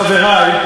חברי,